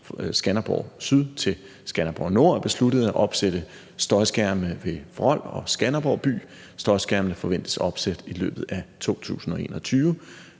Skanderborg S til Skanderborg N er besluttet at opsætte støjskærme ved Vrold og Skanderborg by. Støjskærmene forventes opsat i løbet af 2021.